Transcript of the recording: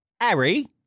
Harry